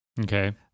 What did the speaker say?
Okay